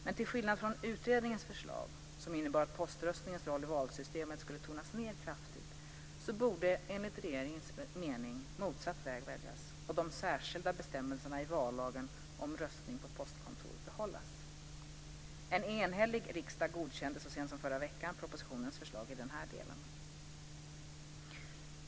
Men till skillnad från utredningens förslag, som innebar att poströstningens roll i valsystemet skulle tonas ned kraftigt , borde enligt regeringens mening motsatt väg väljas och de särskilda bestämmelserna i vallagen om röstning på postkontor behållas. En enhällig riksdag godkände så sent som förra veckan propositionens förslag i denna del .